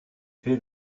fait